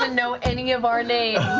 ah know any of our names!